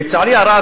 לצערי הרב,